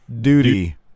duty